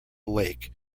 lake